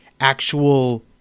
actual